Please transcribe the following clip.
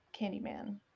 Candyman